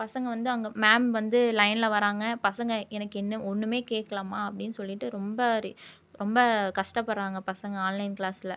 பசங்கள் வந்து அங்கே மேம் வந்து லைன்ல வராங்க பசங்கள் எனக்கு என்ன ஒன்றுமே கேட்கலம்மா அப்படின்னு சொல்லிட்டு ரொம்ப ஒரு ரொம்ப கஷ்டப்படுறாங்க பசங்கள் ஆன்லைன் க்ளாஸ்ல